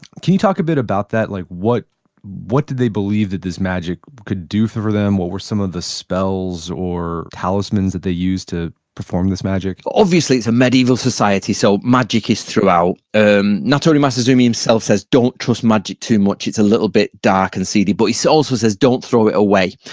can you talk a bit about that? like what what did they believe that this magic could do for them? what were some of the spells or talismans that they used to perform this magic? obviously it's a medieval society, so magic is throughout. and natori masazumi himself says don't trust magic too much, it's a little bit dark and seedy, but he so also says don't throw it away.